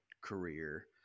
career